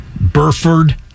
Burford